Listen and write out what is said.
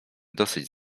dosyć